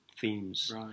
themes